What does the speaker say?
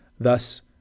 Thus